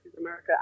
America